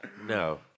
no